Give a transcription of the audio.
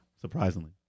surprisingly